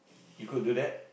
you could do that